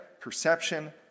perception